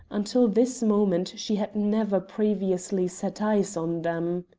until this moment she had never previously set eyes on them.